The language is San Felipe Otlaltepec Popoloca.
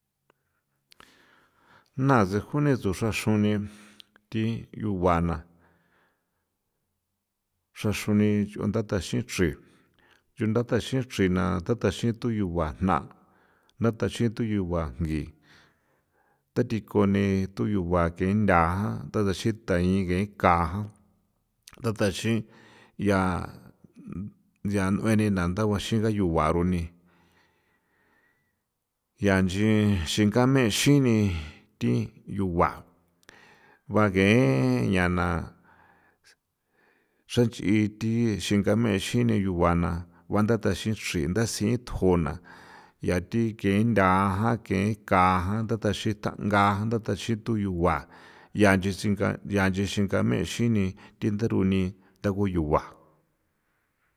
Na thejuni xraxroni thi yugua na xrachruni thaxin chri'i chundathaxi chri'i nthaxin thuyagua jna nthathaxi thuyugua jyi, tha thikoni thuyua kain ntha jan, thataxin tha kain kajan thathaxin ya ya nueni thathaxi nga nchua ya nchi xigame xini thi yugua bayen ya na xran nch'i thin xingame xini yugua na gua ndataxi chri nthaxi thjona thi keen ntha kain kaa thathaxi ngaaa nthathaxi thu yuga ya nchi xigajni ya nchi xingame xini thin theruni thagu yugua.